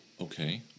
Okay